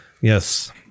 Yes